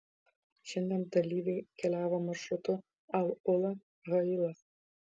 šiandien dalyviai keliavo maršrutu al ula hailas